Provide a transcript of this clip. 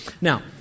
now